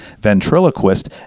ventriloquist